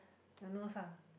your nose ah